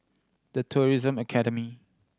The Tourism Academy